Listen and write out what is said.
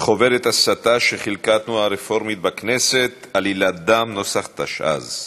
"חוברת ההסתה" שחילקה התנועה הרפורמית בכנסת: עלילת דם נוסח תשע"ז,